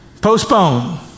postpone